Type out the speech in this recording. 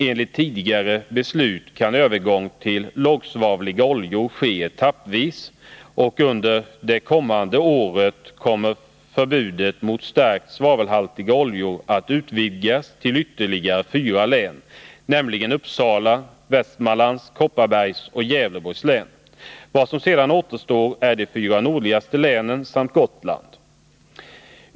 Enligt tidigare beslut kan övergång till lågsvaveloljor ske etappvis, och under det kommande året kommer förbudet mot starkt svavelhaltiga oljor att utvidgas till ytterligare fyra län, nämligen Uppsala län, Västmanlands län, Kopparbergs län och Gävleborgs län. Vad som sedan återstår är de fyra nordligaste länen samt Gotland.